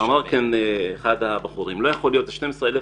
אמר כאן אחד הדוברים שלא יכול להיול 12,000